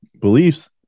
beliefs